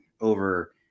over